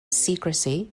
secrecy